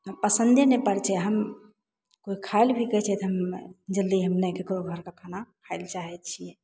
पसन्दे नहि पड़य छै हम कोइ खाइ लए भी कहय छै तऽ हम जल्दी हम नहि ककरो घरके खाना खाय लए चाहय छियै